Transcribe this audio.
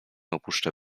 opuszczę